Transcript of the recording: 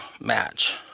match